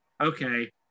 okay